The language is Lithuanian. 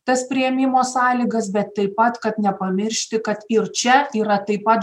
tas priėmimo sąlygas bet taip pat kad nepamiršti kad ir čia yra taip pat